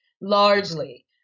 largely